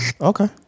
Okay